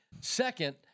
Second